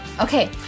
Okay